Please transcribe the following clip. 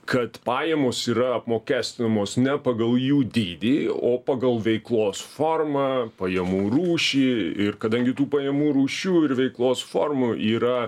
kad pajamos yra apmokestinamos ne pagal jų dydį o pagal veiklos formą pajamų rūšį ir kadangi tų pajamų rūšių ir veiklos formų yra